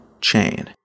chain